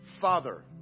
Father